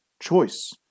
choice